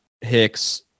Hicks